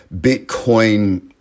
Bitcoin